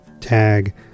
tag